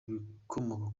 ibikomoka